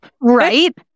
Right